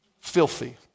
filthy